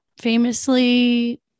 famously